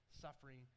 suffering